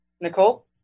Nicole